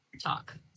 talk